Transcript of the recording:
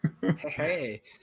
Hey